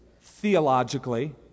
theologically